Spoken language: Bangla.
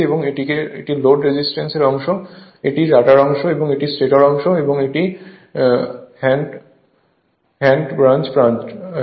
এটি লোড রেজিস্ট্যান্স অংশ এটি রটার অংশ এটি স্টেটর অংশ এবং এটি হ্যান্ড ব্রাঞ্চ পার্ট